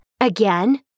Again